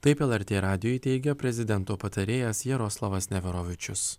taip lrt radijui teigė prezidento patarėjas jaroslavas neverovičius